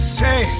say